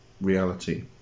reality